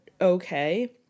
okay